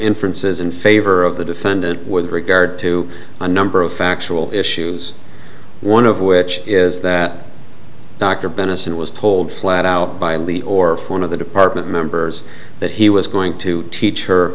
inferences in favor of the defendant with regard to a number of factual issues one of which is that dr benison was told flat out by in the or for one of the department members that he was going to teach her